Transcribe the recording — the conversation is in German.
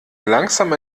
langsam